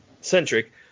centric